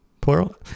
plural